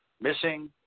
missing